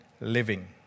living